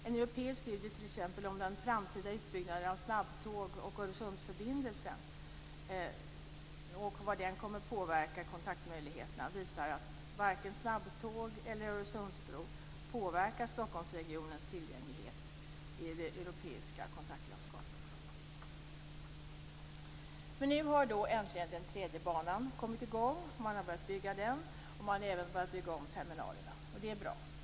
En europeisk studie t.ex. om den framtida utbyggnaden av snabbtåg och Öresundsförbindelsen och om hur detta kommer att påverka kontaktmöjligheterna visar att varken snabbtåg eller Öresundsbro påverkar Nu har äntligen den tredje banan kommit i gång. Man har börjat bygga den. Man har även börjat bygga om terminalerna. Och det är bra.